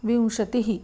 विंशतिः